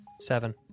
Seven